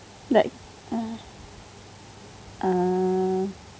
like uh